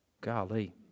golly